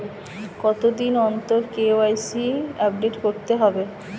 কতদিন অন্তর KYC update করতে হবে?